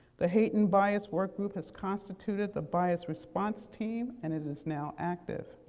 the hate and bias work group has constituted the bias response team, and it is now active.